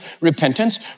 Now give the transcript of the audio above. repentance